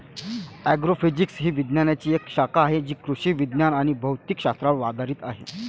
agrophysics ही विज्ञानाची एक शाखा आहे जी कृषी विज्ञान आणि भौतिक शास्त्रावर आधारित आहे